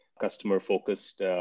customer-focused